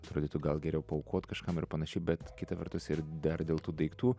atrodytų gal geriau paaukot kažkam ir panašiai bet kita vertus ir dar dėl tų daiktų